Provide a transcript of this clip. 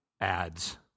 ads